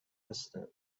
هستم